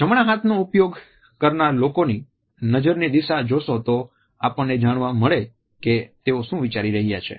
જમણા હાથ નો વધારે ઉપયોગ કરતા લોકોની નજરની દિશા જોશો તો આપણને જાણવા મળે છે કે તેઓ શું વિચારી રહ્યા છે